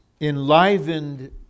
enlivened